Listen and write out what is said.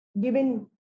given